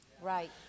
Right